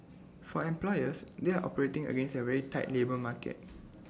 for employers they are operating against A very tight labour market